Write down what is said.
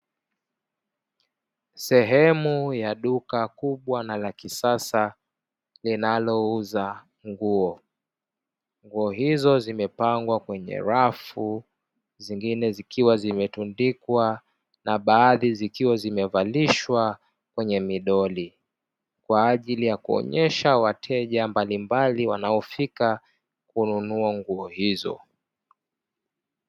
Sehemu ya duka kubwa na la kisasa linalouza nguo, nguo hizo zimepangwa kwenye rafu zingine, zikiwa zimetundikwa na baadhi zikiwa zimevalishwa kwenye midoli kwa ajili ya kuonesha wateja mbalimbali wanaofika kununua nguo hizo.